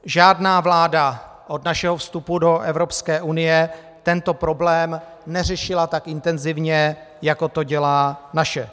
Žádná vláda od našeho vstupu do Evropské unie tento problém neřešila tak intenzivně, jako to dělá naše.